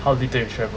how little you travel